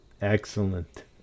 Excellent